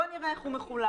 בואו נראה איך הוא מחולק,